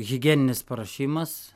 higieninis paruošimas